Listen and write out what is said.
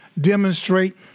demonstrate